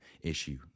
issue